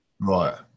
right